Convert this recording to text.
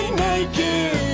naked